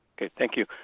okay thank you.